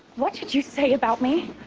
what did you say about me?